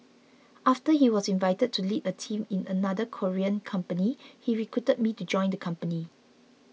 after he was invited to lead a team in another Korean company he recruited me to join the company